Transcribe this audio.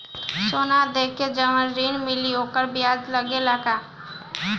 सोना देके जवन ऋण मिली वोकर ब्याज लगेला का?